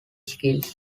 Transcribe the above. skills